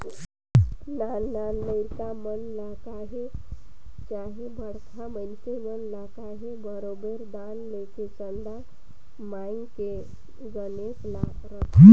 नान नान लरिका मन ल कहे चहे बड़खा मइनसे मन ल कहे बरोबेर दान लेके चंदा मांएग के गनेस ल रखथें